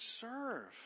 serve